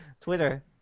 Twitter